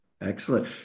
Excellent